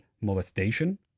molestation